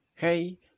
Hey